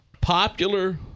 popular